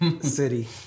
City